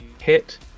hit